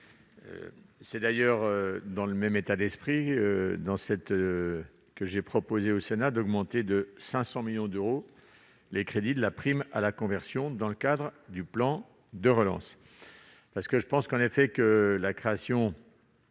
C'est d'ailleurs dans le même état d'esprit que j'ai proposé au Sénat d'augmenter de 500 millions d'euros les crédits de la prime à la conversion dans le cadre du plan de relance. La création d'un prêt à taux zéro